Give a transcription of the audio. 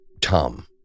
Tom